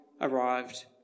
arrived